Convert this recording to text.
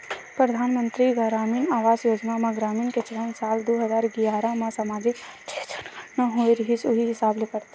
परधानमंतरी गरामीन आवास योजना म ग्रामीन के चयन साल दू हजार गियारा म समाजिक, आरथिक जनगनना होए रिहिस उही हिसाब ले करथे